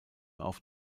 auf